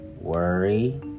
worry